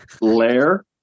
Lair